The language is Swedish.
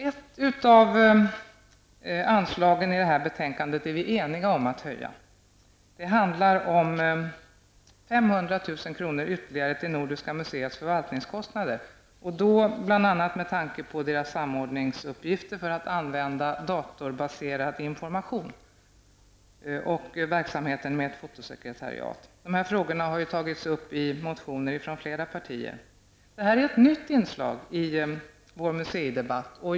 Ett av anslagen är vi eniga om att höja. Det handlar om 500 000 kr. ytterligare till Nordiska museets förvaltningskostnader, bl.a. med tanke på museets samordningsuppgifter för att använda datorbaserad information och på verksamheten med ett fotosekretariat. Dessa frågor har tagits upp i motioner från flera partier. Detta är ett nytt inslag i museidebatten.